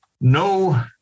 no